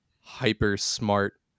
hyper-smart